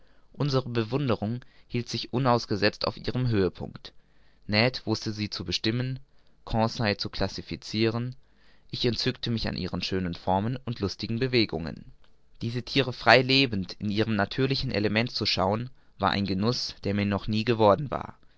unsere bewunderung hielt sich unausgesetzt auf ihrem höhepunkt ned wußte sie zu benennen conseil zu classificiren ich entzückte mich an ihren schönen formen und lustigen bewegungen diese thiere lebend frei in ihrem natürlichen elemente zu schauen war ein genuß der mir noch nie geworden war